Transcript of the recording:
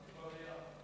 אני מעדיף במליאה.